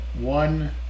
one